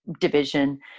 division